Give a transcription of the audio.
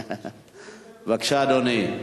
בבקשה, אדוני.